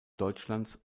deutschlands